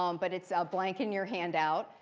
um but it's blank in your handout.